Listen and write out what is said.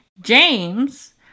James